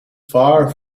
far